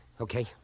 Okay